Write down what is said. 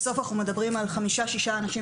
בסוף אנחנו מדברים על חמישה-שישה אנשים